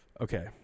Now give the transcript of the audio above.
Okay